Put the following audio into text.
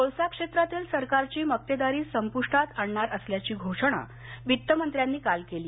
कोळसा क्षेत्रातील सरकारची मक्तेदारी संपुष्टात आणणार असल्याची घोषणा वित्तमंत्र्यांनी काल केली